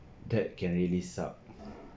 that can really suck uh